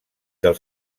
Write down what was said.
del